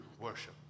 worship